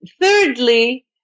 Thirdly